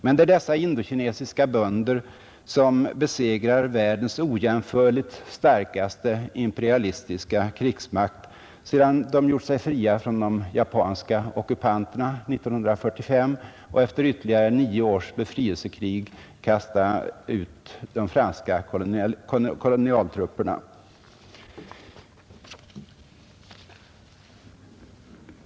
Men det är dessa indokinesiska bönder som besegrar världens ojämförligt starkaste imperialistiska krigsmakt sedan de gjort sig fria från de japanska ockupanterna 1945 och efter nio års befrielsekrig kastat ut de franska kolonialtrupperna.